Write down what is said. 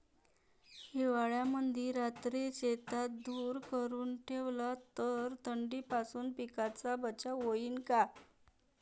हिवाळ्यामंदी रात्री शेतात धुर करून ठेवला तर थंडीपासून पिकाचा बचाव होईन का?